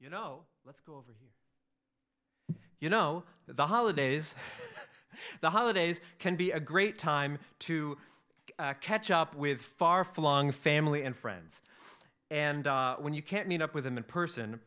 you know let's go over here you know the holidays the holidays can be a great time to catch up with far flung family and friends and when you can't meet up with them in person